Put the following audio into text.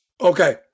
Okay